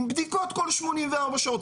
עם בדיקות כל 84 שעות,